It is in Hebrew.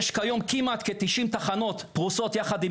יש כיום כמעט כ-90 תחנות פרוסות יחד עם